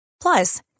Plus